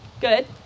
Good